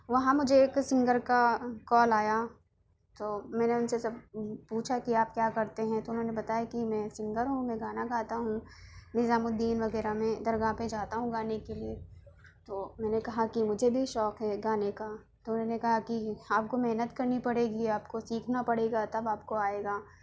وہاں مجھے ایک سنگر کا کال آیا تو میں نے ان سے سب پوچھا کہ آپ کیا کرتے ہیں تو انہوں نے بتایا کہ میں سنگر ہوں میں گانا گاتا ہوں نظام الدین وغیرہ میں درگاہ پے جاتا ہوں گانے کے لیے تو میں نے کہا کہ مجھے بھی شوق ہے گانے کا تو انہوں نے کہا کہ آپ کو محنت کرنی پڑے گی آپ کو سیکھنا پڑے گا تب آپ کو آئے گا